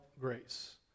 grace